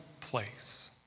place